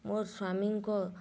ମୋର ସ୍ଵାମୀଙ୍କ